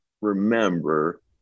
remember